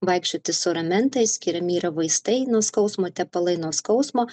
vaikščioti su ramentais skiriami yra vaistai nuo skausmo tepalai nuo skausmo